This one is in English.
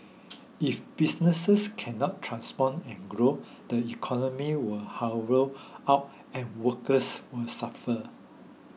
if businesses cannot transform and grow the economy will hollow out and workers will suffer